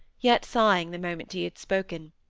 yet sighing the moment he had spoken.